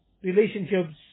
relationships